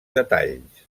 detalls